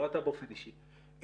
לא אתה באופן אישי,